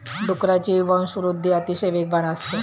डुकरांची वंशवृद्धि अतिशय वेगवान असते